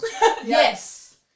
Yes